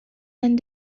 and